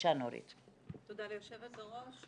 תודה ליושבת הראש.